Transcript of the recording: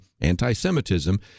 anti-Semitism